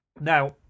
Now